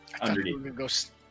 Underneath